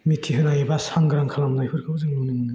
मिथिहोनाय एबा सांग्रां खालामनायफोरखौ जों नुनो मोनो